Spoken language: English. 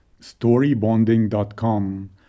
storybonding.com